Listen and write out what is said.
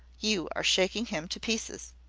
you are shaking him to pieces.